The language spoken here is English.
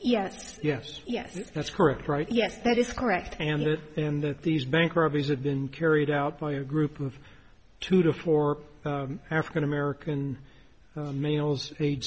yes yes yes that's correct right yes that is correct and that in that these bank robbers have been carried out by a group of two to four african american males age